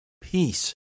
peace